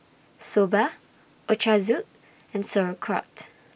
Soba Ochazuke and Sauerkraut